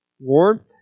warmth